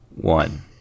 one